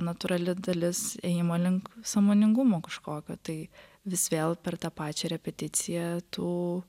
natūrali dalis ėjimo link sąmoningumo kažkokio tai vis vėl per tą pačią repeticiją tų